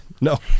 No